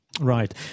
Right